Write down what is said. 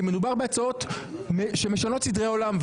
כי מדובר בהצעות שמשנות סדרי עולם,